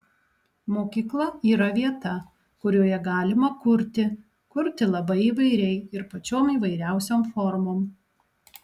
mokykla yra vieta kurioje galima kurti kurti labai įvairiai ir pačiom įvairiausiom formom